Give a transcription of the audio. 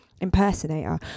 impersonator